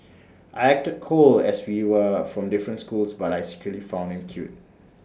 I acted cold as we were from different schools but I secretly found him cute